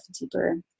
deeper